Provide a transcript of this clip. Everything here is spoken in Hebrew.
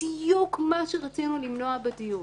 בדיוק מה שרצינו למנוע בדיון.